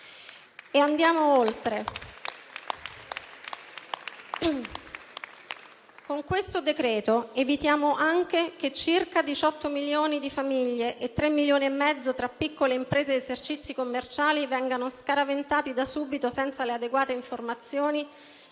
Ma andiamo oltre. Con questo decreto-legge evitiamo anche che circa 18 milioni di famiglie e 3,5 milioni tra piccole imprese ed esercizi commerciali vengono scaraventati da subito, senza adeguate informazioni,